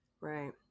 Right